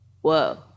Whoa